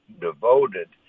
devoted